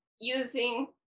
using